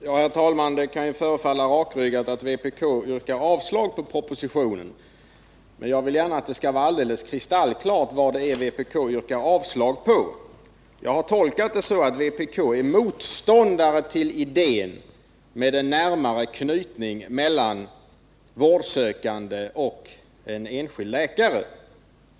Herr talman! Det kan förefalla rakryggat av vpk att yrka avslag på propositionen, men jag vill gärna att det skall vara alldeles kristallklart vad det är vpk yrkar avslag på. Jag har tolkat det så, att vpk är motståndare till idén med närmare anknytning mellan vårdsökande och en enskild läkare.